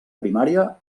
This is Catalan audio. primària